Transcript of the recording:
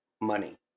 money